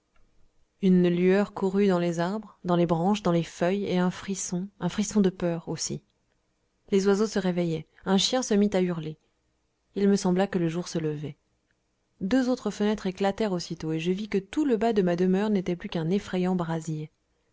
une lueur courut dans les arbres dans les branches dans les feuilles et un frisson un frisson de peur aussi les oiseaux se réveillaient un chien se mit à hurler il me sembla que le jour se levait deux autres fenêtres éclatèrent aussitôt et je vis que tout le bas de ma demeure n'était plus qu'un effrayant brasier